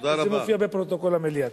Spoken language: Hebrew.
וזה מופיע בפרוטוקול המליאה.